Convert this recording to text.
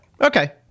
Okay